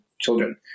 children